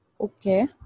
Okay